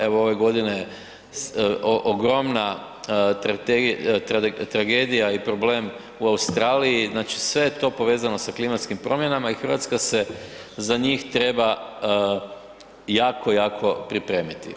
Evo ove godine ogromna tragedija i problem u Australiji, znači sve je to povezano sa klimatskim promjenama i RH se za njih treba jako, jako pripremiti.